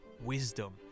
wisdom